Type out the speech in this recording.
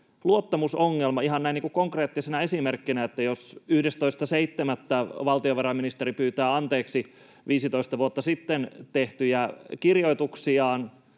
luottamusongelma. Ihan näin niin kuin konkreettisena esimerkkinä, että jos 11.7. valtiovarainministeri pyytää anteeksi viisitoista vuotta sitten tehtyjä kirjoituksiaan,